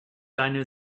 deine